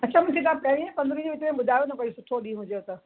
अच्छा मूंखे तव्हां पहिरीं पंद्री विच में ॿुधायो न कोई सुठो ॾींहुं हुजेव त